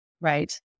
Right